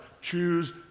Choose